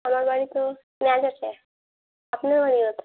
আমার বাড়ি তো শিয়ালদাহতে আপনার বাড়ি কোথায়